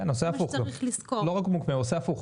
לא רק מוקפא, עושה הפוך.